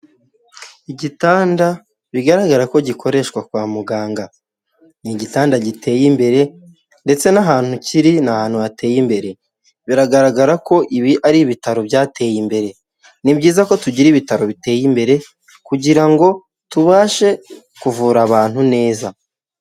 Igitanda bigaragara ko gikoreshwa kwa muganga n'igitanda giteye imbere ndetse n'ahantu kiri n'ahantu hateye imbere biragaragara ko ibi ari ibitaro byateye imbere ni byiza ko tugira ibitaro biteye imbere kugira ngo tubashe kuvura abantu neza.